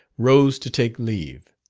rose to take leave,